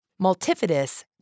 multifidus